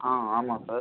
ஆ ஆமாம் சார்